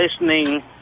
listening